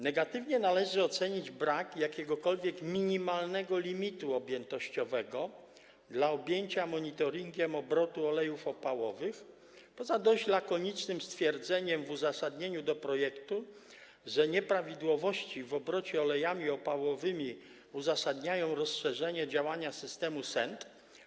Negatywnie należy ocenić brak jakiegokolwiek minimalnego limitu objętościowego dla objęcia monitoringiem obrotu olejów opałowych poza dość lakonicznym stwierdzeniem w uzasadnieniu projektu, że nieprawidłowości w obrocie olejami opałowymi uzasadniają rozszerzenie działania systemu SENT.